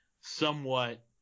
somewhat